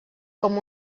com